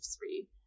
three